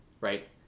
right